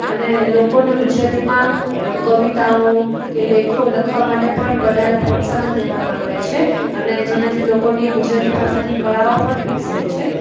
અને લોકોને ગુજરાતીમાં કવિતાઓ કે લેખો લખવા માટે પણ વધારે પ્રોત્સાહન દેવામાં આવે છે અને જેનાથી લોકોની ગુજરાતી ભાષાની કળાઓ પણ વિકસે છે